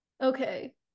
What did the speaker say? okay